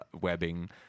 webbing